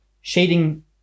shading